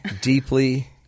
deeply